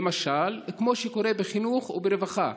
כמו שקורה בחינוך וברווחה.